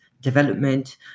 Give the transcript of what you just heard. development